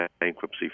Bankruptcy